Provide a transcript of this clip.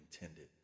intended